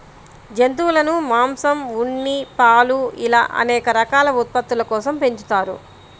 జంతువులను మాంసం, ఉన్ని, పాలు ఇలా అనేక రకాల ఉత్పత్తుల కోసం పెంచుతారు